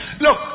Look